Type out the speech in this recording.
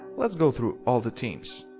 let's go through all the teams!